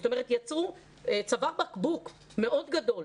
זאת אומרת יצרו צוואר בקבוק מאוד גדול,